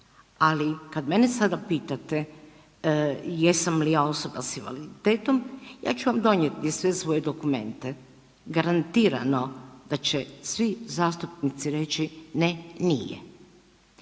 ali kad mene sada pitate jesam li ja osoba sa invaliditetom ja ću vam donijeti sve svoje dokumenta, garantirano da će svi zastupnici reći ne nije